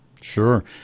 Sure